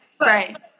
right